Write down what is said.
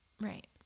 Right